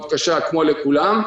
כמו לכולם,